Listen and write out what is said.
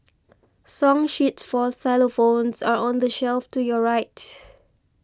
song sheets for xylophones are on the shelf to your right